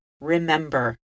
remember